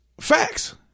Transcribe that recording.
Facts